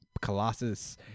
Colossus